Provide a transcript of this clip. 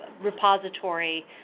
repository